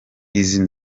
izo